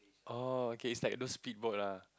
oh okay it's like those speedboat lah